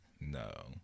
no